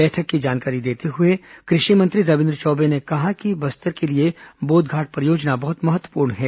बैठक की जानकारी देते हुए कृषि मंत्री रविन्द्र चौबे ने कहा कि बस्तर के लिए बोधघाट परियोजना बहुत महत्वपूर्ण है